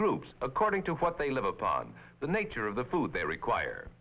groups according to what they live upon the nature of the food they require